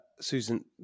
Susan